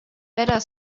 better